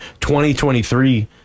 2023